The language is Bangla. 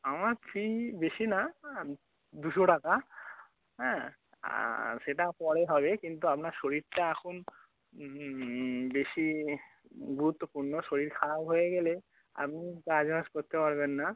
আমার ফি বেশি না দুশো টাকা হ্যাঁ আর সেটা পরে হবে কিন্তু আপনার শরীরটা এখন বেশি গুরুত্বপূর্ণ শরীর খারাপ হয়ে গেলে আপনি কাজবাজ করতে পারবেন না